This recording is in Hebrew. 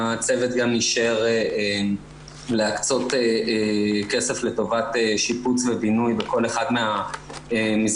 הצוות גם אישר להקצות כסף לטובת שיפוץ ובינוי בכל אחד מהמסגרות.